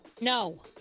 No